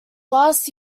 last